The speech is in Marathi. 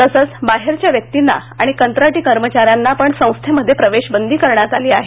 तसेच बाहेरच्या व्यक्तींना आणि कंत्राटी कर्मचाऱ्यांना पण संस्थेमध्ये प्रवेश बंदी करण्यात आली आहे